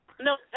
no